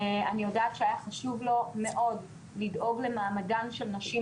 אני יודעת שהיה חשוב לו מאוד לדאוג למעמדן של נשים